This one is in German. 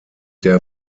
der